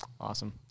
Awesome